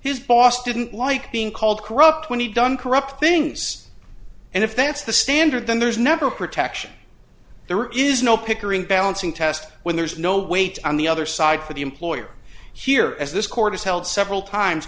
his boss didn't like being called corrupt when he done corrupt things and if that's the standard then there's never protection there is no pickering balancing test when there is no weight on the other side for the employer here as this court is held several times